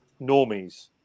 normies